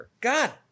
God